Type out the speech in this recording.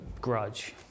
grudge